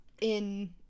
in-